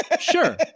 Sure